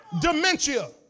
Dementia